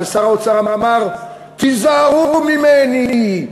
ושר האוצר אמר: תיזהרו ממני,